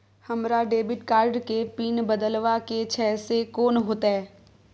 हमरा debit card के PIN बदलवा के छै से कोन होतै?